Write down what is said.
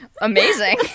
Amazing